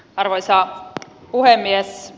arvoisa puhemies